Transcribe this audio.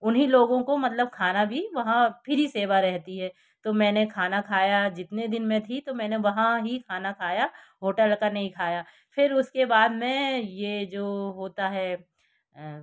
उन्हीं लोगों को मतलब खाना भी वहाँ फ्री सेवा रहती है तो मैंने खाना खाया जितने दिन मैं थी तो मै वहाँ ही खाना खाया होटल का नहीं खाया फिर उसके बाद मैं ये जो होता है